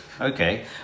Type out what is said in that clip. Okay